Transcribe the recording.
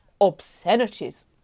obscenities